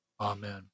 amen